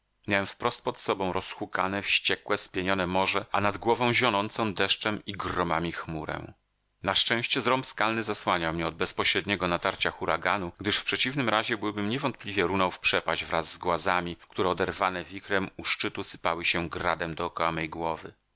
miałem wprost pod sobą rozhukane wściekłe spienione morze a nad głową zionącą deszczem i gromami chmurę na szczęście zrąb skalny zasłaniał mnie od bezpośredniego natarcia huraganu gdyż w przeciwnym razie byłbym niewątpliwie runął w przepaść wraz z głazami które oderwane wichrem u szczytu sypały się gradem dokoła mej głowy